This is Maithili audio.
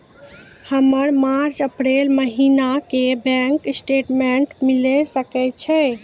हमर मार्च अप्रैल महीना के बैंक स्टेटमेंट मिले सकय छै?